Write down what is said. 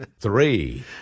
Three